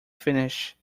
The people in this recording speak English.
finish